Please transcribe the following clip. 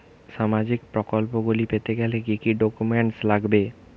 সামাজিক প্রকল্পগুলি পেতে গেলে কি কি ডকুমেন্টস লাগবে?